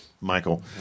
Michael